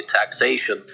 taxation